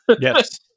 Yes